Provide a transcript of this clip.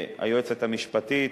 והיועצת המשפטית,